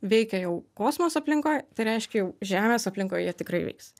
veikia jau kosmoso aplinkoj tai reiškia jau žemės aplinkoj jie tikrai veiks